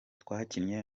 twakinye